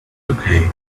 okay